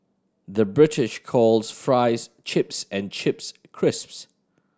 the British calls fries chips and chips crisps